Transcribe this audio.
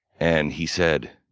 and he said,